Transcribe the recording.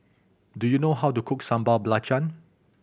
do you know how to cook Sambal Belacan